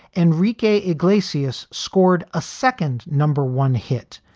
enrique iglesias scored a second number one hit,